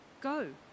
Go